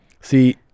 See